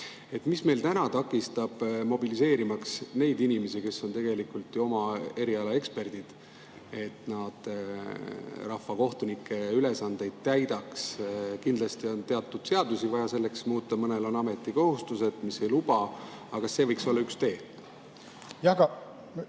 Mis takistab meil mobiliseerida neid inimesi, kes on tegelikult ju oma eriala eksperdid, et nad rahvakohtunike ülesandeid täidaks? Kindlasti on teatud seadusi vaja selleks muuta, mõnel on ametikohustused, mis ei luba, aga kas see võiks olla üks tee?